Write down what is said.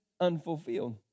unfulfilled